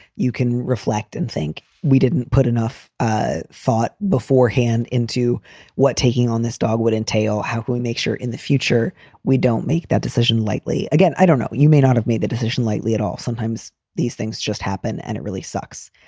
you can reflect and think we didn't put enough ah thought beforehand into what taking on this dog would entail. how do we make sure in the future we don't make that decision lightly? again, i don't know. you may not have made the decision lightly at all. sometimes these things just happen and it really sucks.